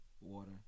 Water